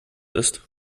ist